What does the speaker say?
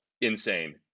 insane